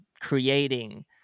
creating